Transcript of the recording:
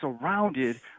surrounded